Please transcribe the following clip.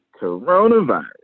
coronavirus